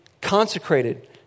consecrated